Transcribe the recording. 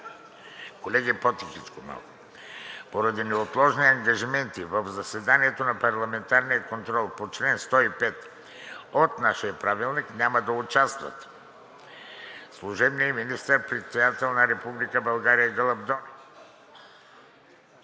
малко по-тихичко. Поради неотложни ангажименти в заседанието на парламентарния контрол по чл. 105 от нашия правилник няма да участват: служебният министър-председател на Република България Гълъб Донев